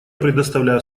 предоставляю